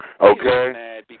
okay